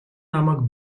намайг